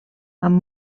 amb